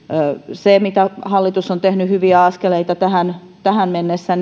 se että hallitus on tehnyt hyviä askeleita tähän tähän mennessä